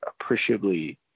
appreciably